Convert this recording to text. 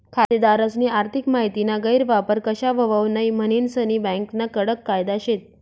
खातेदारस्नी आर्थिक माहितीना गैरवापर कशा व्हवावू नै म्हनीन सनी बँकास्ना कडक कायदा शेत